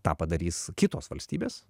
tą padarys kitos valstybės